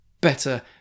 Better